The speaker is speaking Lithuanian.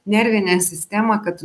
nervinę sistemą kad